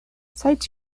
sites